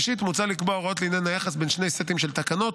5. מוצע לקבוע הוראות לעניין היחס בין שני סטים של תקנות: